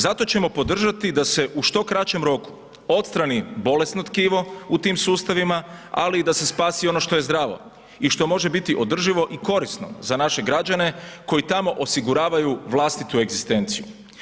Zato ćemo podržati da se u što kraćem roku odstrani bolesno tkivo u tim sustavila, ali da se spasi ono što je zdravo i što može biti održivo i korisno za naše građane koji tamo osiguravaju vlastitu egzistenciju.